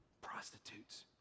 prostitutes